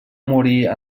morir